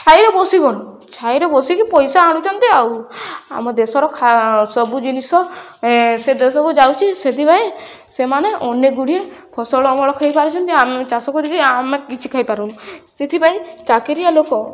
ଛାଇରେ ଛାଇରେ ବସିକି ପଇସା ଆଣୁଛନ୍ତି ଆଉ ଆମ ଦେଶର ସବୁ ଜିନିଷ ସେ ଦେଶକୁ ଯାଉଛି ସେଥିପାଇଁ ସେମାନେ ଅନେକ ଗୁଡ଼ିଏ ଫସଲ ଅମଳ ଖାଇପାରୁଛନ୍ତି ଆମେ ଚାଷ କରିକି ଆମେ କିଛି ଖାଇପାରୁନୁ ସେଥିପାଇଁ ଚାକିରିଆ ଲୋକ